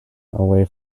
away